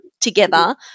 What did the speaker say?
together